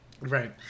right